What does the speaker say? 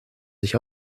sich